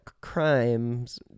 crimes